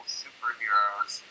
superheroes